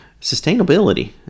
sustainability